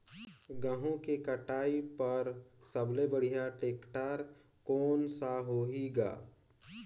गहूं के कटाई पर सबले बढ़िया टेक्टर कोन सा होही ग?